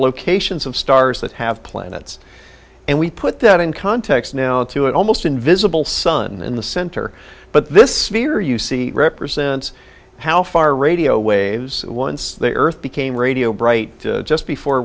locations of stars that have planets and we put that in context now to an almost invisible sun in the center but this fear you see represents how far radio waves once the earth became radio bright just before